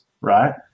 right